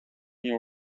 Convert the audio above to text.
your